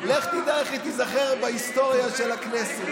לך תדע איך היא תיזכר בהיסטוריה של הכנסת.